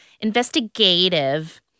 Investigative